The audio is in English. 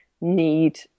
need